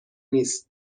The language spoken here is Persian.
نیس